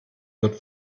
wird